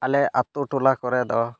ᱟᱞᱮ ᱟᱹᱛᱩᱴᱚᱞᱟ ᱠᱚᱨᱮ ᱫᱚ